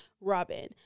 Robin